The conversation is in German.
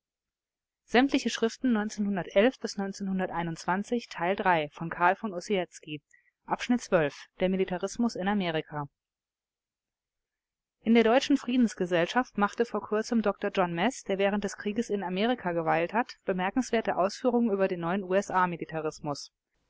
der militarismus in amerika in der deutschen friedensgesellschaft machte vor kurzem dr john mez der während des krieges in amerika geweilt hat bemerkenswerte ausführungen über den